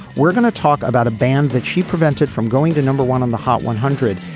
we're going to talk about a band that she prevented from going to number one on the hot one hundred.